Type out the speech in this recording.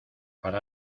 para